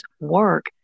work